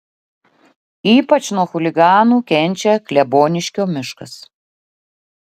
ypač nuo chuliganų kenčia kleboniškio miškas